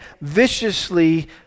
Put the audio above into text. viciously